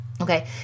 Okay